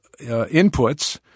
inputs